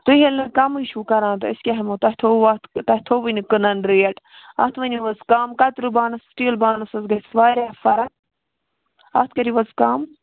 تُہۍ ییٚلہِ نہٕ کَمٕے چھُو کران تہٕ أسۍ کیٛاہ ہیٚمَو تۄہہِ تھوٚو اتھ تۄہہِ تھوٚوُے نہٕ کٕنَن ریٹ اَتھ ؤنِو حظ کَم کَتریو بانَس سِٹیٖل بانَس حظ گژھِ واریاہ فرٕق اَتھ کٔرِو حظ کَم